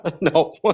No